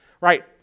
right